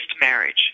marriage